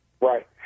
Right